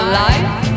life